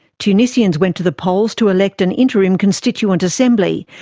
tunisians went to the polls to elect an interim constituent assembly,